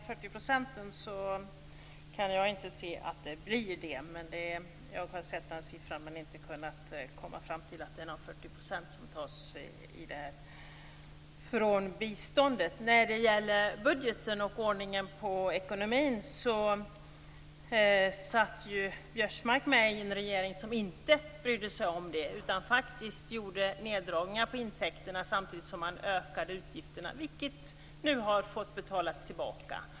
Herr talman! Jag kan inte se att det blir fråga om 40 %. Jag har sett den siffran men inte kunnat komma fram till att 40 % tas från biståndet. När det gäller budgeten och detta med ordning på ekonomin satt ju Biörsmark i en regering som inte brydde sig om de sakerna, utan som faktiskt gjorde neddragningar på intäkterna samtidigt som man ökade utgifterna. Detta har nu fått betalas tillbaka.